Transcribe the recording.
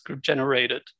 generated